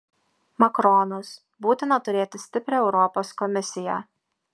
makronas būtina turėti stiprią europos komisiją